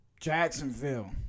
Jacksonville